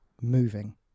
moving